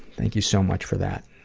thank you so much for that.